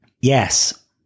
Yes